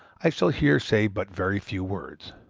i shall here say but very few words.